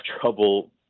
trouble